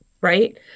Right